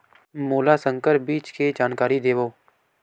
मोला संकर बीज के जानकारी देवो?